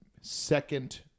second